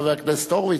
חבר הכנסת הורוביץ,